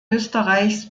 österreichs